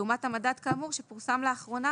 לעומת המדד כאמור שפורסם לאחרונה